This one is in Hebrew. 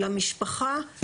למשפחה,